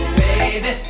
baby